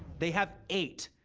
they have eight.